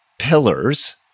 pillars